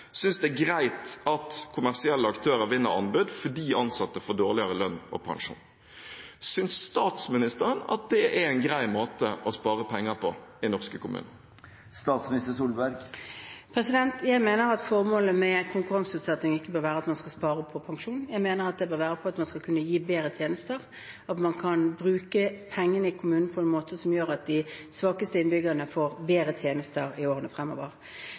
synes det er greit at kommersielle aktører vinner anbud fordi ansatte får dårligere lønn og pensjon. Synes statsministeren at det er en grei måte å spare penger på i norske kommuner? Jeg mener at formålet med konkurranseutsetting ikke bør være at man skal spare på pensjon. Jeg mener det bør være at man skal kunne gi bedre tjenester, at man kan bruke pengene i kommunen på en måte som gjør at de svakeste innbyggerne får bedre tjenester i årene fremover.